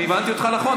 אני הבנתי אותך נכון.